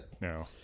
No